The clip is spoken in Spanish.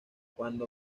cuando